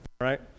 right